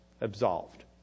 absolved